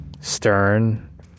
Stern